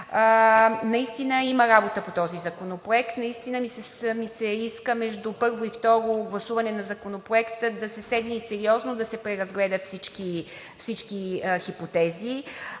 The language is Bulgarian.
Наистина има работа по този законопроект. Наистина ми се иска между първо и второ гласуване на Законопроекта да се седне и сериозно да се преразгледат всички хипотези.